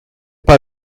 pas